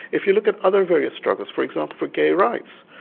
if you look at other various struggles, for example, for gay rights,